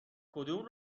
کدوم